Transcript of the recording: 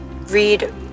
read